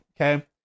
Okay